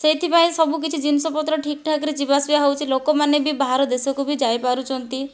ସେଇଥି ପାଇଁ ସବୁ କିଛି ଜିନିଷ ପତ୍ର ଠିକ୍ ଠାକ୍ରେ ଯିବା ଆସିବା ହେଉଛି ଲୋକମାନେ ବି ବାହାର ଦେଶକୁ ବି ଯାଇ ପାରୁଛନ୍ତି